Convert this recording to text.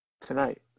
Tonight